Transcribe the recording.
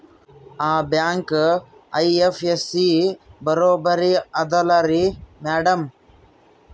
ಆ bank IFSC ಬರೊಬರಿ ಅದಲಾರಿ ಮ್ಯಾಡಂ?